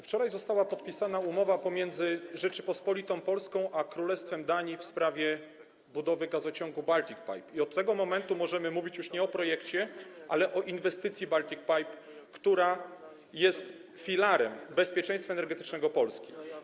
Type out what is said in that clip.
Wczoraj została podpisana umowa pomiędzy Rzecząpospolitą Polską a Królestwem Danii w sprawie budowy gazociągu Baltic Pipe i od tego momentu możemy mówić już nie o projekcie, ale o inwestycji Baltic Pipe, która jest filarem bezpieczeństwa energetycznego Polski.